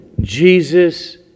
Jesus